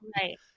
Right